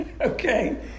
okay